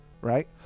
Right